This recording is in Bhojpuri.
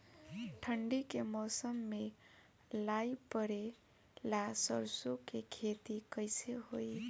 ठंडी के मौसम में लाई पड़े ला सरसो के खेती कइसे होई?